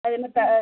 அதே மாரி தான்